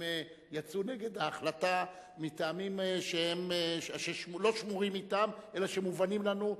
הם יצאו נגד ההחלטה מטעמים שלא שמורים אתם אלא שמובנים לנו,